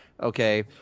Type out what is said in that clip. okay